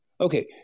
Okay